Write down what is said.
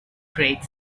great